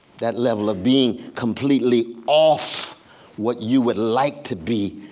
that level of being completely off what you would like to be?